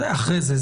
זה אחרי זה,